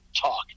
talk